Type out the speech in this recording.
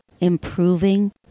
improving